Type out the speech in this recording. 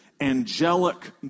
angelic